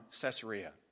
Caesarea